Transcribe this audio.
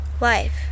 Life